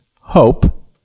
hope